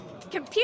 Computer